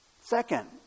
Second